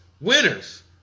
winners